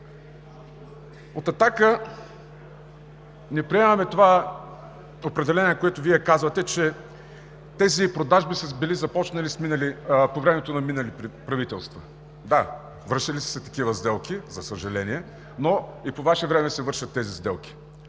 От „Атака“ не приемаме това определение, което Вие давате, че тези продажби били започнали по времето на минали правителства. Да, вършели са се такива сделки, за съжаление, но и по Ваше време се вършат.